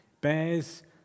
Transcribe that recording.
bears